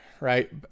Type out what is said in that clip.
right